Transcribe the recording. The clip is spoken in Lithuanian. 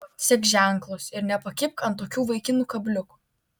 sek ženklus ir nepakibk ant tokių vaikinų kabliuko